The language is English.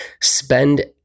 spend